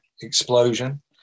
explosion